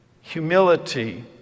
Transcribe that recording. humility